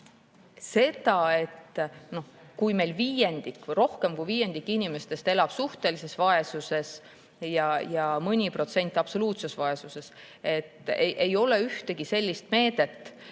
Aga kui meil viiendik või rohkem kui viiendik inimestest elab suhtelises vaesuses ja mõni protsent absoluutses vaesuses, siis ei ole ühtegi sellist meedet,